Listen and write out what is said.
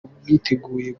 bwiteguye